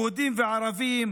יהודים וערבים,